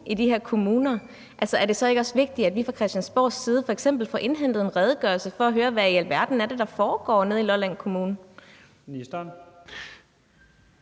i de her kommuner, er det så ikke også vigtigt, at vi fra Christiansborgs side f.eks. får indhentet en redegørelse for at høre, hvad i alverden det er, der foregår nede i Lolland Kommune?